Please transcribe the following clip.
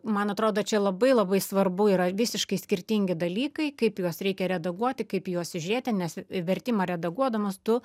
man atrodo čia labai labai svarbu yra visiškai skirtingi dalykai kaip juos reikia redaguoti kaip į juos žiūrėti nes vertimą redaguodamas tu